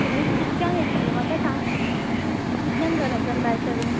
आनी तूं कितल्याक येतली म्हाका सांग कितल्याक घरांतल्यान भायर सरू